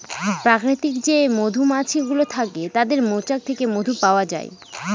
প্রাকৃতিক যে মধুমাছি গুলো থাকে তাদের মৌচাক থেকে মধু পাওয়া যায়